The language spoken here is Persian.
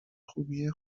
خوبیه